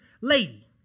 lady